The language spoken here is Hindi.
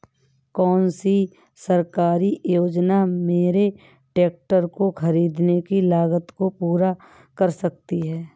कौन सी सरकारी योजना मेरे ट्रैक्टर को ख़रीदने की लागत को पूरा कर सकती है?